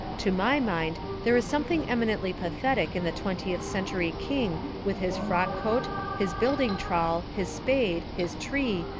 to my mind there is some thing eminently pathetic in the twentieth century king with his frock coat, his building trowel, his spade, his tree,